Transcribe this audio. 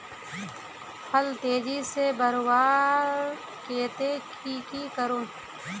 फल तेजी से बढ़वार केते की की करूम?